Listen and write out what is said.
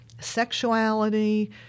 sexuality